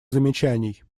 замечаний